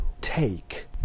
take